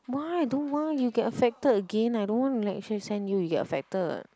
why don't want you will get affected again I don't want like he sent you you get affected